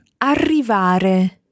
Arrivare